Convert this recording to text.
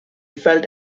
felt